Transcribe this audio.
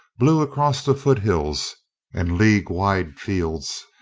blew across the foothills and league wide fields,